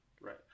Right